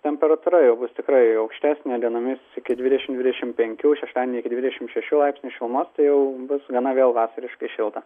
temperatūra jau bus tikrai aukštesnė dienomis iki dvidešim dvidešim penkių šeštadienį iki dvidešim šešių laipsnių šilumos tai jau bus gana vėl vasariškai šilta